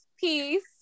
peace